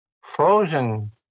frozen